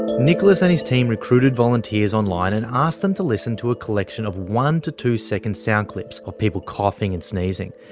nicholas and his team recruited volunteers online and asked them to listen to a collection of one to two second sound clips of people coughing and sneezing.